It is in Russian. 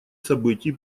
событий